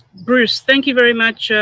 bruce, thank you very much.